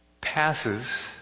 passes